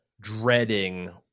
dreading